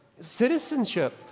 citizenship